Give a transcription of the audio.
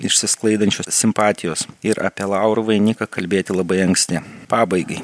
išsisklaidančios simpatijos ir apie laurų vainiką kalbėti labai anksti pabaigai